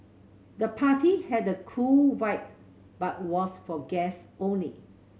the party had a cool vibe but was for guest only